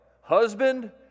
Husband